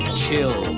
chill